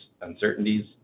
uncertainties